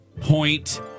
point